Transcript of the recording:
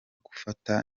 gufata